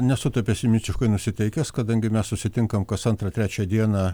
nesu taip pesimistiškai nusiteikęs kadangi mes susitinkam kas antrą trečią dieną